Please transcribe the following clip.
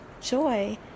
joy